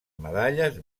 medalles